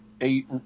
eight